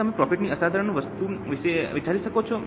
શું તમે પ્રોફિટ ની અસાધારણ વસ્તુ વિશે વિચારી શકો છો